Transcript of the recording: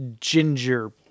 ginger